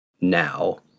now